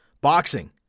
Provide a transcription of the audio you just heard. boxing